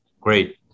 Great